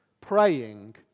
praying